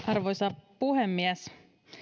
arvoisa puhemies